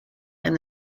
and